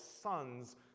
son's